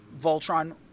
Voltron